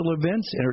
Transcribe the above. events